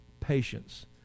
patience